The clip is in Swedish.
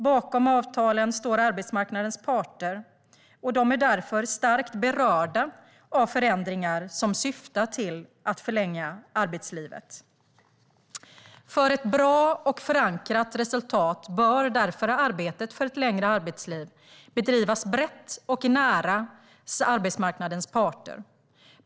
Bakom avtalen står arbetsmarknadens parter, och de är därför starkt berörda av förändringar som syftar till att förlänga arbetslivet. För ett bra och förankrat resultat bör därför arbetet för ett längre arbetsliv bedrivas brett och nära arbetsmarknadens parter.